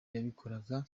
babikoraga